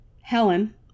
Helen